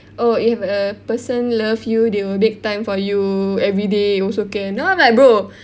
oh if a person love you they will make time for you everyday also can then I'm like bro